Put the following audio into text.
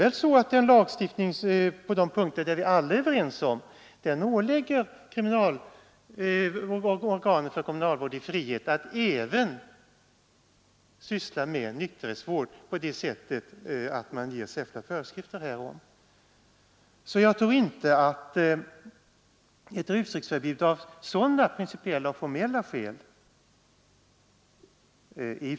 På de punkter som vi alla är överens om ålägger lagstiftningen organen för kriminalvård i frihet att även syssla med nykterhetsvård på det sättet att de kan ge särskilda föreskrifter härom. Jag tror därför inte att ett rusdrycksförbud är uteslutet av principiella och formella skäl.